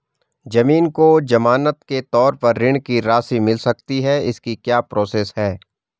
ज़मीन को ज़मानत के तौर पर ऋण की राशि मिल सकती है इसकी क्या प्रोसेस है?